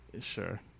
Sure